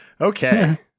Okay